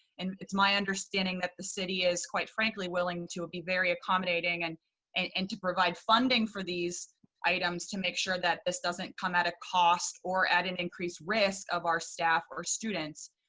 and it's my understanding that the city is, quite frankly, willing to be very accommodating and and and to provide funding for these items to make sure that this doesn't come at a cost or at an increased risk of our staff or students.